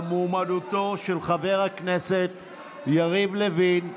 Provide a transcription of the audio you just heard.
על מועמדותו של חבר הכנסת יריב לוין.